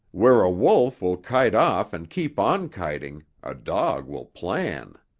where a wolf will kite off and keep on kiting, a dog will plan.